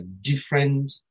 different